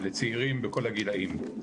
לצעירים בכל הגילאים.